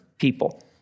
people